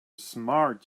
smart